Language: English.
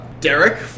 Derek